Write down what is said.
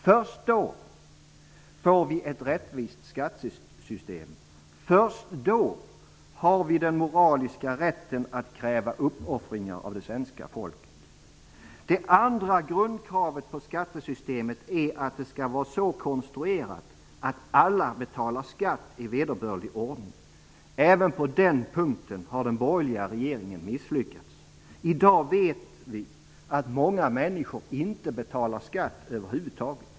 Först då får vi ett rättvist skattesystem. Först då har vi den moraliska rätten att kräva uppoffringar av det svenska folket. Det andra grundkravet när det gäller skattesystemet är att det skall vara så konstruerat att alla betalar skatt i vederbörlig ordning. Även på den punkten har den borgerliga regeringen misslyckats. I dag vet vi att många människor inte betalar skatt över huvud taget.